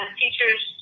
teachers